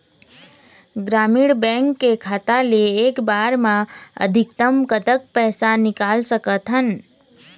ग्रामीण बैंक के खाता ले एक बार मा अधिकतम कतक पैसा निकाल सकथन?